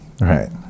Right